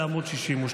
בעמ' 62,